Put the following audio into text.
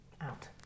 Out